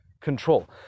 control